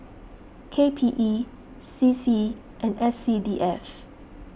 K P E C C and S C D F